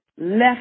left